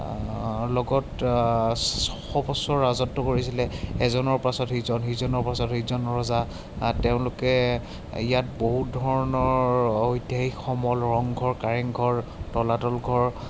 লগত ছয়শ বছৰ ৰাজত্ব কৰিছিলে এজনৰ পাছত সিজন সিজনৰ পাছত সিজন ৰজা তেওঁলোকে ইয়াত বহুত ধৰণৰ ঐতিহাসিক সমল ৰংঘৰ কাৰেংঘৰ তলাতল ঘৰ